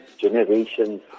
generations